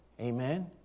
Amen